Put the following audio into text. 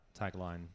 tagline